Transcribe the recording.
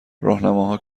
راهنماها